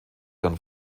dann